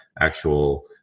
actual